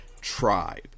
tribe